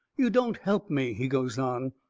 you don't help me, he goes on,